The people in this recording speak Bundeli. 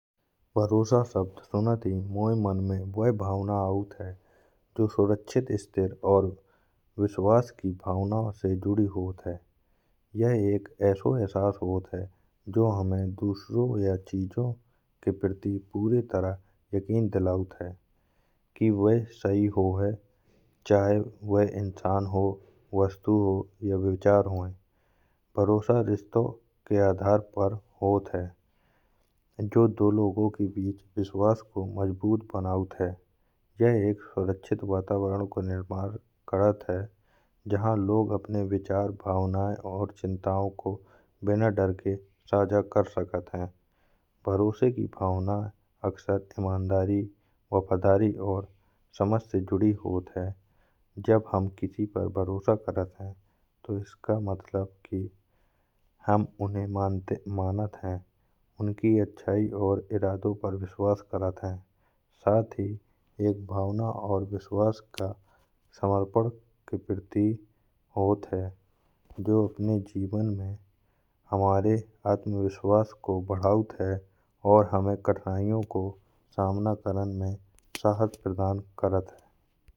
भरोसा सब्द सुनत ही मोये मन में वह भावना अउत है कि जो सुरक्षित स्थिर और विश्वास की भावनाओं से जुड़ी होत है। यह एक ऐसो एहसास होत है जो हमें दूसरों या चीजों के प्रती पूरी तरह यकीन दिलावत है। कि वह सही होहे चाहे वह इंसान होये वस्तु या विचार होये भरोसा रिश्तों के आधार पर होत है। जो दो लोगों के बीच विश्वास को मजबूत बनौत है यह एक सुरक्षित वातावरण को निर्मम करात है। जहां लोग अपने विचार भावनायें और चिंताओं को बिना डर के सझकर सकत है। भरोसे की भावना अक्सर इमानदारी वफादारी और समझ जुड़ी होत है। जब हम किसी पर भरोसा करात है तो इसका मतलब कि हम उने मानत है। उनकी अच्छाई और इरादों पर विश्वास करात है साथ ही एक भावना और विश्वास का समर्पण के प्रतिय होत है। जो अपने जीवन में हमारे आत्मविश्वास को बढ़ौत है और हमें कठिनाइयों को सामना करन में शहास प्रदान करात है।